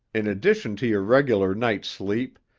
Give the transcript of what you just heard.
in addition to your regular night's sleep,